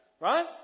right